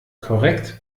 korrekt